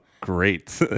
great